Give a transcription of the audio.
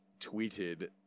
tweeted